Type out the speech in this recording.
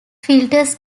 filters